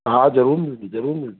हा जरूर मिलिदी जरूर मिलिदी